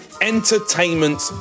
Entertainment